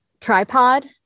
tripod